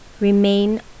remain